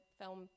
film